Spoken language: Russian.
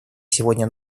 сегодня